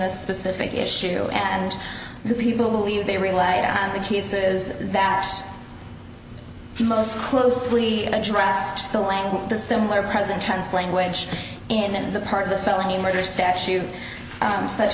the specific issue and the people believe they rely on the cases that most closely addressed the language the similar present tense language and the part of the felony murder statute i'm such